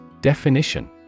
Definition